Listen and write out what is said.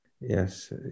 Yes